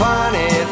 Funny